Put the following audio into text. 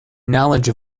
knowledge